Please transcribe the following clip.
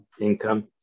Income